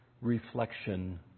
reflection